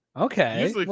Okay